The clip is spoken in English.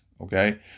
Okay